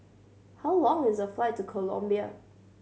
how long is the flight to Colombia